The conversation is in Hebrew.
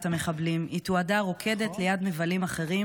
המחבלים היא תועדה רוקדת ליד מבלים אחרים